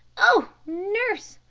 oh, nurse!